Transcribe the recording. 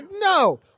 No